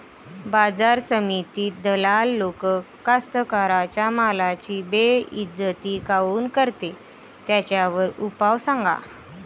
बाजार समितीत दलाल लोक कास्ताकाराच्या मालाची बेइज्जती काऊन करते? त्याच्यावर उपाव सांगा